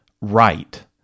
right